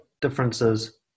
differences